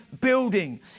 building